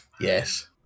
Yes